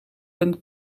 een